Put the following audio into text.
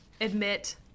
admit